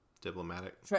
Diplomatic